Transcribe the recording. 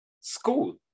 school